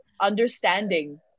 understanding